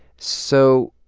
so,